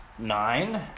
Nine